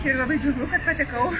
ir labai džiugu kad patekau